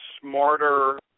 smarter